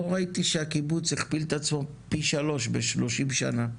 לא ראיתי שהקיבוץ הכפיל את עצמו פי שלוש ב-30 שנה.